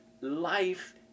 life